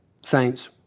saints